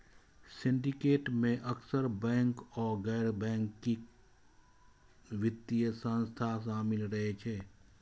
syndicate मे अक्सर bank आ गैर बैंकिंग वित्तीय संस्था शामिल रहै छै